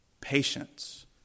patience